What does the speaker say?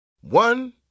One